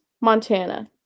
Montana